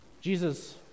Jesus